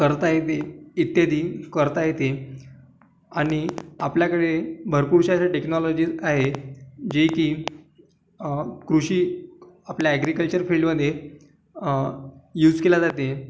करता येते इत्यादी करता येते आणि आपल्याकडे भरपूरशा अशा टेक्नॉलॉजीज आहे जे की कृषी आपल्या ॲग्रीकल्चर फील्डमध्ये यूज केल्या जाते